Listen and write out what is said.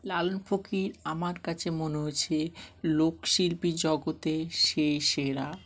লালন ফকির আমার কাছে মনে হয়েছে লোকশিল্পীর জগতে সেই সেরা